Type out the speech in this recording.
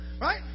Right